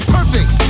Perfect